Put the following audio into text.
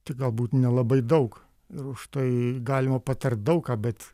tik galbūt nelabai daug ir užtai galima patart daug ką bet